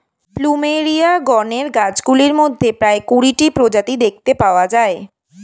plumeria গণের গাছগুলির মধ্যে প্রায় কুড়িটি প্রজাতি দেখতে পাওয়া যায়